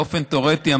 באופן תיאורטי,